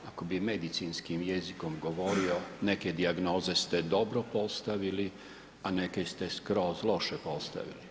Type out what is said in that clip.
Ako bi medicinskim jezikom govorio, neke dijagnoze ste dobro postavili a neke ste skroz loše postavili.